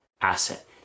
asset